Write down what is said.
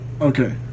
Okay